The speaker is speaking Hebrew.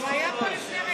המשרדים.